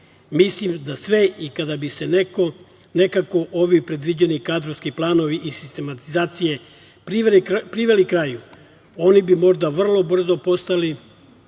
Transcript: mislim da sve i kada bi se nekako ovi predviđeni kadrovski planovi i sistematizacije priveli kraju, oni bi možda vrlo brzo postali